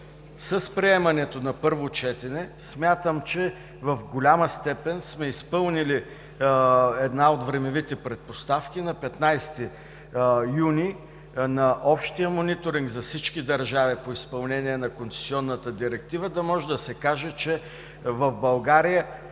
с приемането на първо четене смятам, че в голяма степен сме изпълнили една от времевите предпоставки – на 15-ти юни на общия мониторинг за всички държави по изпълнение на концесионната директива да може да се каже, че в България